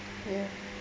ya